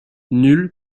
nul